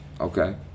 okay